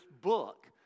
book